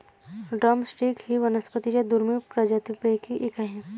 drum stick ही वनस्पतीं च्या दुर्मिळ प्रजातींपैकी एक आहे